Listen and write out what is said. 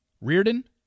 Reardon